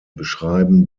beschreiben